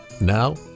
Now